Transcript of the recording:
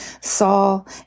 Saul